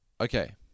Okay